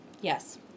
Yes